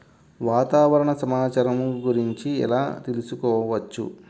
వాతావరణ సమాచారము గురించి ఎలా తెలుకుసుకోవచ్చు?